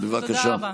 בבקשה.